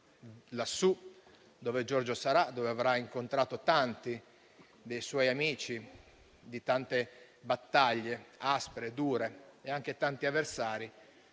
lassù, dove Giorgio sarà e dove avrà incontrato gli amici di tante battaglie aspre e dure e anche tanti avversari,